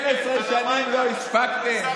12 שנים לא הספקתם?